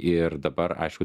ir dabar aišku